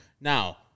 Now